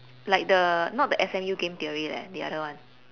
like the not the S_M_U game theory leh the other one